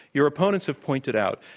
your opponents have pointed out,